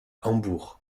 hambourg